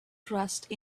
trust